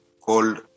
called